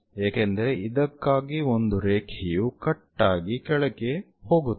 ಏಕೆಂದರೆ ಇದಕ್ಕಾಗಿ ಒಂದು ರೇಖೆಯು ಕಟ್ ಆಗಿ ಕೆಳಕ್ಕೆ ಹೋಗುತ್ತಿದೆ